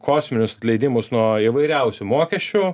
kosminius atleidimus nuo įvairiausių mokesčių